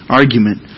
argument